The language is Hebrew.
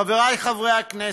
חברי חברי הכנסת,